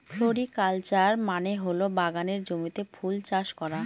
floriculture মানে হল বাগানের জমিতে ফুল চাষ করা